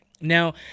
Now